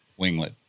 winglet